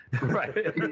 Right